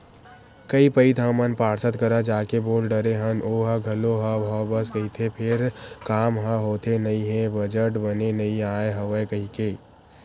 कई पइत हमन पार्षद करा जाके बोल डरे हन ओहा घलो हव हव बस कहिथे फेर काम ह होथे नइ हे बजट बने नइ आय हवय कहिथे